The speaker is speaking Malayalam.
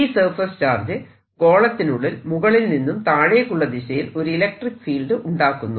ഈ സർഫേസ് ചാർജ് ഗോളത്തിനുള്ളിൽ മുകളിൽ നിന്നും താഴേക്കുള്ള ദിശയിൽ ഒരു ഇലക്ട്രിക്ക് ഫീൽഡ് ഉണ്ടാക്കുന്നു